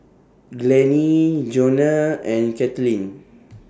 Glennie Johnna and Kaitlynn